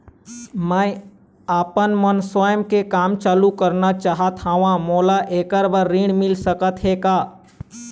मैं आपमन स्वयं के काम चालू करना चाहत हाव, मोला ऐकर बर ऋण मिल सकत हे का?